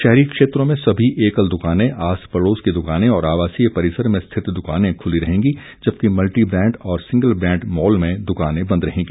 शहरी क्षेत्रों में सभी एकल दुकानें आस पड़ोस की दुकानें और आवासीय परिसर में स्थित दुकानें खुली रहेंगी जबकि मल्टी ब्रांड और सिंगल ब्रांड मॉल में दुकानें बंद रहेंगी